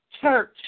church